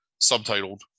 subtitled